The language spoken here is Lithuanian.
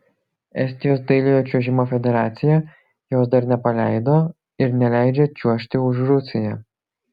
estijos dailiojo čiuožimo federacija jos dar nepaleido ir neleidžia čiuožti už rusiją